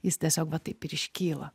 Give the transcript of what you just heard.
jis tiesiog va taip ir iškyla